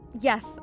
yes